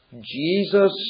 Jesus